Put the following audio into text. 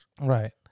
Right